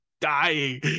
dying